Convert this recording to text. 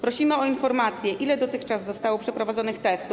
Prosimy o informację, ile dotychczas zostało przeprowadzonych testów.